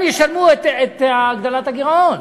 הם ישלמו את הגדלת הגירעון.